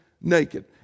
naked